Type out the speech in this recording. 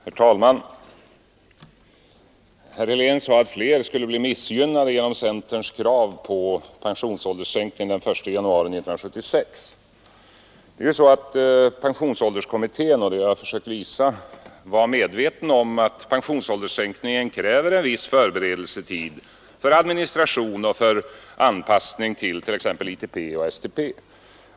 Herr talman! Herr Helén sade att fler skulle bli missgynnade genom centerns krav på pensionsålderssänkning från den 1 januari 1976. Pensionsålderskommittén var — det har jag försökt visa — medveten om att pensionsålderssänkningen kräver en viss förberedelsetid för administration och för anpassning till t.ex. ITP och STP.